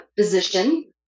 physician